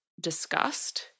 disgust